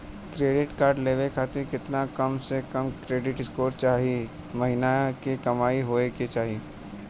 Credit card लेवे खातिर केतना कम से कम क्रेडिट स्कोर चाहे महीना के कमाई होए के चाही?